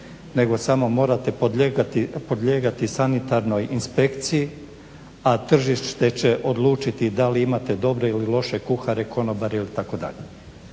nego samo morate podlijegati sanitarnoj inspekciji, a tržište će odlučiti da li imate dobre ili loše kuhare, konobare itd.